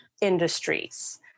industries